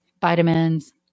vitamins